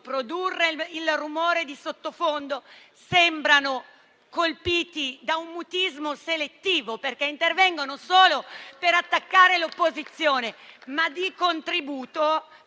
produrre il rumore di sottofondo, sembrano colpiti da un mutismo selettivo, visto che intervengono solo per attaccare l'opposizione?